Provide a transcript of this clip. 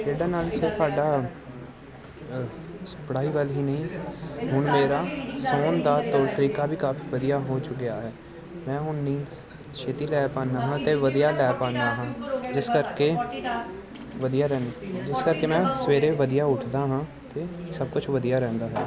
ਖੇਡਣ ਨਾਲ ਸਿਰਫ ਸਾਡਾ ਪੜ੍ਹਾਈ ਵੱਲ ਹੀ ਨਹੀਂ ਹੁਣ ਮੇਰਾ ਸੌਣ ਦਾ ਤੌਰ ਤਰੀਕਾ ਵੀ ਕਾਫੀ ਵਧੀਆ ਹੋ ਚੁੱਕਿਆ ਹੈ ਮੈਂ ਹੁਣ ਨੀਂਦ ਛੇਤੀ ਲੈ ਪਾਉਂਦਾ ਹਾਂ ਅਤੇ ਵਧੀਆ ਲੈ ਪਾਉਂਦਾ ਹਾਂ ਜਿਸ ਕਰਕੇ ਵਧੀਆ ਰਹਿੰਦੀ ਜਿਸ ਕਰਕੇ ਮੈਂ ਸਵੇਰੇ ਵਧੀਆ ਉੱਠਦਾ ਹਾਂ ਅਤੇ ਸਭ ਕੁਝ ਵਧੀਆ ਰਹਿੰਦਾ ਹੈ